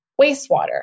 wastewater